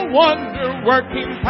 wonder-working